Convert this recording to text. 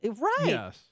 Right